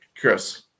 Chris